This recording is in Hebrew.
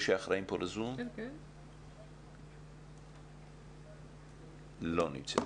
2050. לא נמצאת.